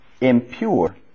impure